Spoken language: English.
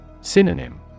Synonym